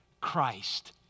Christ